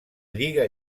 lliga